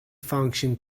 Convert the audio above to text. function